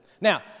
Now